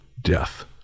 death